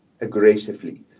aggressively